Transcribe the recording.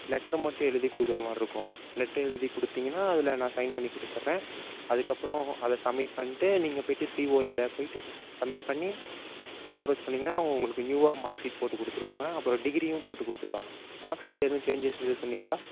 letter மட்டும் எழுதி கொடுக்குற மாதிரி இருக்கும் லெட்டர் எழுதி கொடுத்தீங்கனா அதில் நான் சைன் பண்ணி கொடுத்துர்றேன் அதுக்கப்புறம் அதை சமிட் பண்ணிட்டு நீங்கள் போய்ட்டு சிஓவில போய்விட்டு சமிட் பண்ணி அப்ரோச் பண்ணிங்கன்னா அவங்க உங்களுக்கு நியூவாக மார்க் சீட் போட்டு கொடுத்துருவாங்க அப்புறம் டிகிரியும் போட்டு கொடுத்துருவாங்க மார்க் சீட்டில் எதுவும் சேஞ்சஸ் எதுவும் சொன்னிங்களா